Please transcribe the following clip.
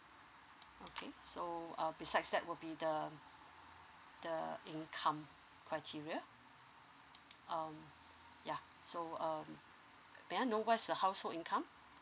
okay so um besides that will be the the income criteria um ya so um may I know what is your household income